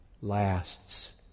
lasts